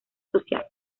social